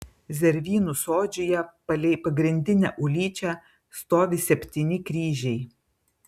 zervynų sodžiuje palei pagrindinę ulyčią stovi septyni kryžiai